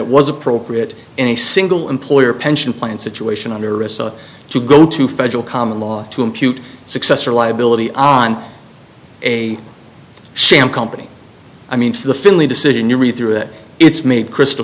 it was appropriate in a single employer pension plan situation under to go to federal common law to impute success or liability on a sham company i mean to the finley decision you read through it it's made crystal